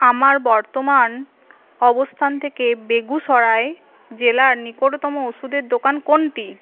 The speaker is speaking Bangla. আমার বর্তমান অবস্থান থেকে বেগুসরাই জেলার নিকটতম ওষুধের দোকান কোনটি